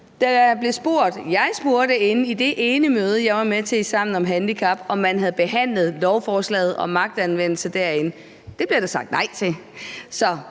Jeg spurgte til det ene møde, jeg var med til i Sammen om handicap, om man havde behandlet lovforslaget om magtanvendelse derinde. Det blev der sagt nej til.